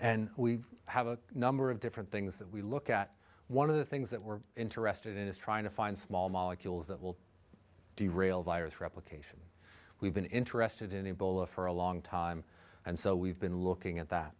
and we have a number of different things that we look at one of the things that we're interested in is trying to find small molecules that will derail a virus replication we've been interested in a bowler for a long time and so we've been looking at that